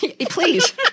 Please